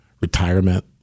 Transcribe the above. retirement